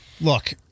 Look